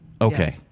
Okay